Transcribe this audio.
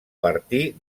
partir